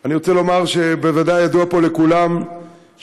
אני רוצה לומר שבוודאי ידוע פה לכולם שלפני